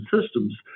systems